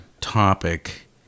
topic